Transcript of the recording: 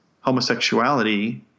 homosexuality